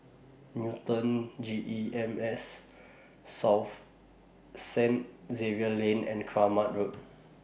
Newton G E M S South Saint Xavier's Lane and Kramat Road